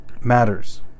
matters